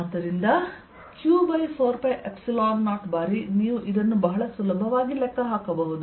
ಆದ್ದರಿಂದ q4π0ಬಾರಿ ನೀವು ಇದನ್ನು ಬಹಳ ಸುಲಭವಾಗಿ ಲೆಕ್ಕ ಹಾಕಬಹುದು